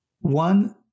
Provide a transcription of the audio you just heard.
one